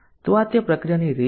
તો આ તે પ્રક્રિયાની રીત છે